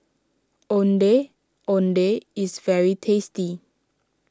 Ondeh Ondeh is very tasty